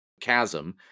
chasm